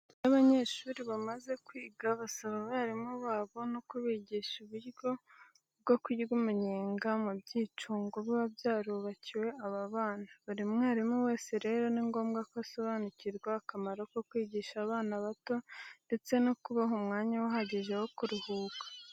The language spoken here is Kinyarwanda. Iyo abanyeshuri bamaze kwiga basaba abarimu babo no kubigisha uburyo bwo kurya umunyenga mu byicungo biba byarubakiwe aba bana. Buri mwarimu wese rero ni ngombwa ko asobanukirwa akamaro ko kwigisha abana bato ndetse no kubaha umwanya uhagije wo kuruhuka.